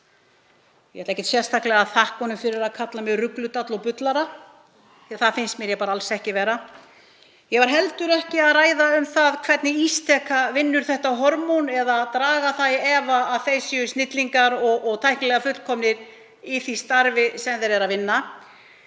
Ég ætla ekkert sérstaklega að þakka honum fyrir að kalla mig rugludall og bullara því að það finnst mér ég bara alls ekki vera. Ég var heldur ekki að ræða það hvernig Ísteka vinnur þetta hormón eða draga það í efa að þeir séu snillingar og tæknilega fullkomnir í því starfi sem þeir vinna.